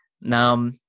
Now